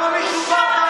הבוס שלך,